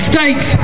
States